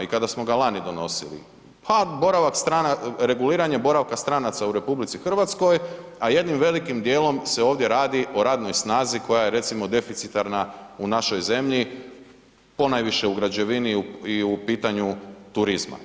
I kada smo ga lani donosili, ha boravak stanaca, reguliranje boravka stranaca u RH, a jednim velikim dijelom se ovdje radi o radnoj snazi koja je recimo deficitarna u našoj zemlji ponajviše u građevini i u pitanju turizma.